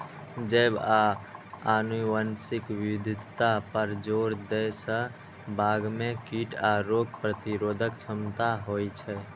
जैव आ आनुवंशिक विविधता पर जोर दै सं बाग मे कीट आ रोग प्रतिरोधक क्षमता होइ छै